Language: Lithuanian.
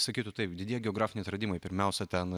sakytų taip didieji geografiniai atradimai pirmiausia ten